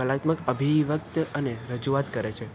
કલાત્મક અભિવ્યક્ત અને રજૂઆત કરે છે